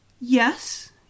yes